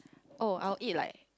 oh I will eat like